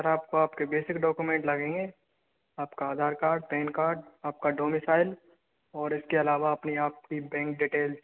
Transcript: आप आपके basic documents लगेंगे आपका आधार कार्ड पेन कार्ड आपका डोमिसाइल और इसके अलावा आपकी बैंक डिटेल्स